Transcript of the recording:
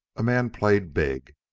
a man played big.